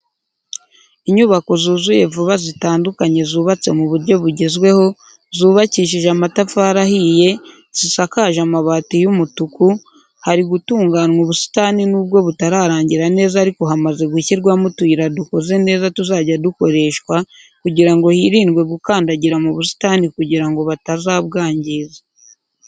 Inyubako zuzuye vuba zitandukanye zubatse mu buryo bugezweho zubakishije amatafari ahiye, zisakaje amabati y'umutuku, hari gutunganwa ubusitani nubwo butararangira neza ariko hamaze gushyirwamo utuyira dukoze neza tuzajya dukoreshwa kugira ngo hirindwe gukandagira mu busitani kugira ngo batabwangiza.